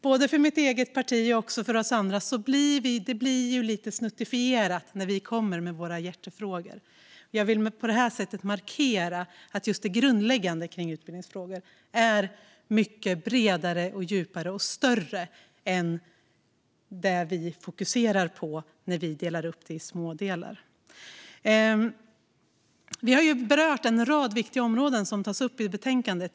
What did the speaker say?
Både för mitt parti och för de andra blir det lite snuttifierat när vi kommer med våra hjärtefrågor. Jag vill på detta sätt markera att just det grundläggande kring utbildningsfrågor är mycket bredare, djupare och större än det vi fokuserar på när vi delar upp det i smådelar. Vi har berört en rad viktiga områden som tas upp i betänkandet.